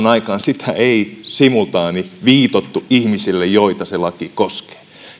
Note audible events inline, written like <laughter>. <unintelligible> aikaan sitä ei simultaaniviitottu ihmisille joita se laki koskee